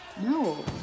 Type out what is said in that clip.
no